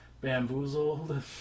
bamboozled